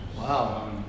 Wow